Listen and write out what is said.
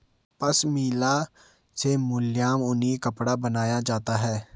पशमीना से मुलायम ऊनी कपड़ा बनाया जाता है